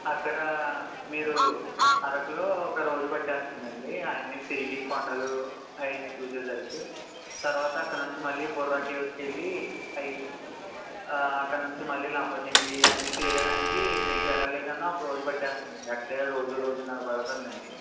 అక్కడ మీరు అరకు లో ఒక రోజు పట్టేస్తుందండి అవన్నీ తిరిగి కొండలు అయన్ని చూసేసరికి తరువాత అక్కడ నుంచి మళ్ళీ బొర్రా కేవ్స్కి వెళ్ళి అవి అక్కడనుంచి మళ్ళీ లంబసింగి ఇవన్నీ తిరగడానికి మీకెలా లేదన్నా ఒకరోజు పట్టేస్తుందండి అక్కడే రోజు రోజున్నర పడుతుందండి